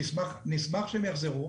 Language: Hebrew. נשמח שהם יחזרו,